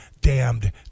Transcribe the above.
damned